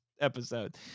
episode